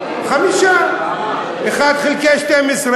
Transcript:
6%. 5% 1 חלקי 12,